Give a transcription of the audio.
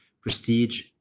Prestige